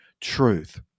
truth